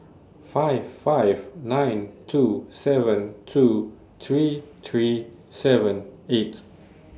five five nine two seven two three three seven eight